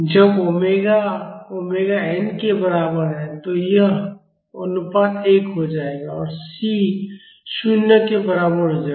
जब omega omega n के बराबर है तो यह अनुपात 1 हो जाएगा और C 0 के बराबर हो जाएगा